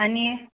आनी